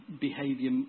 behaviour